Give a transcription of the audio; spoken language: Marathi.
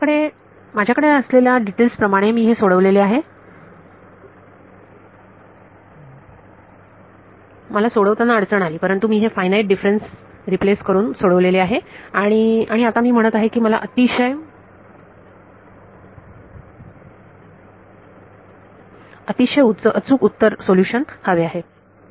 आपल्याकडे माझ्याकडे असलेल्या डिटेल्स प्रमाणे मी हे सोडवलेले आहे मला सोडवताना अडचण आली परंतु मी हे फायनाईट डिफरेन्स रिप्लेस करून सोडवलेले आहे आणि आणि आता मी म्हणत आहे की मला अतिशय अचूक उत्तर सोल्युशन हवे आहे